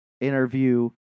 interview